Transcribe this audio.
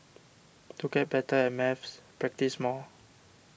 to get better at maths practise more